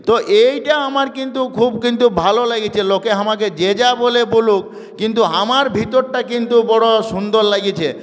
তো এইটা আমার কিন্তু খুব কিন্তু ভালো লেগেছে লোকে আমাকে যে যা বলে বলুক কিন্তু আমার ভিতরটা কিন্তু বড় সুন্দর লেগেছে